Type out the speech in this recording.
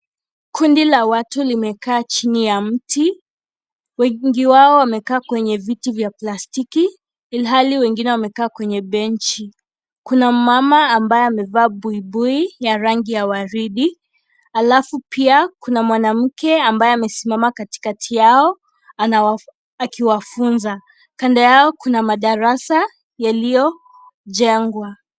Kundi la watu limekaa chini ya mti. Wengi wao wamekaa kwenye viti vya plastiki ilhali wengine wamekaa kwenye benchi. Kuna mama ambaye amevaa buibui ya rangi ya waridi alafu pia kuna mwanamke ambaye amesimama katikati yao akiwafunza. Kando yao kuna madarasa yaliyojengwa.